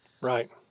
Right